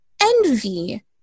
envy